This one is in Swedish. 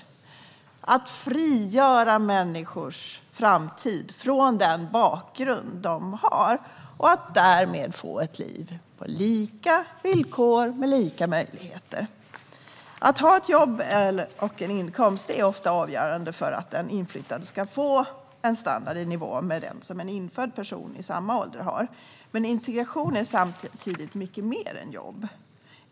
Det handlar om att frigöra människors framtid från den bakgrund människorna har och att de därmed ska få ett liv på lika villkor med lika möjligheter. Att ha ett jobb och en inkomst är ofta avgörande för att en inflyttad ska få en standard i nivå med den som en infödd person i samma ålder har. Men integration är samtidigt mycket mer än jobb.